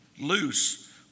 loose